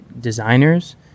designers